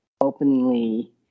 openly